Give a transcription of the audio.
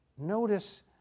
Notice